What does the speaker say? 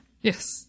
Yes